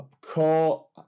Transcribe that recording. core